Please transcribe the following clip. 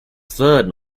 third